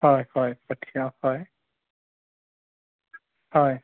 হয় হয় পঠিয়াওঁ হয় হয়